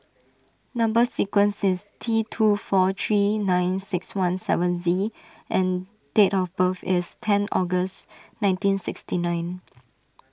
Number Sequence is T two four three nine six one seven Z and date of birth is ten August nineteen sixty nine